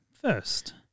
first